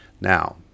Now